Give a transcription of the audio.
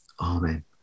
Amen